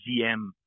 GM